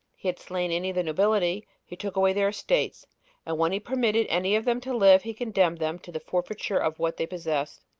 he had slain any of the nobility, he took away their estates and when he permitted any of them to live, he condemned them to the forfeiture of what they possessed.